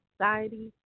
Society